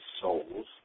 souls